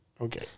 Okay